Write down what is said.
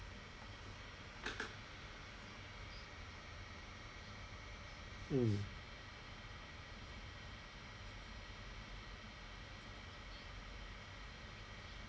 mm